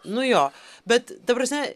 nu jo bet ta prasme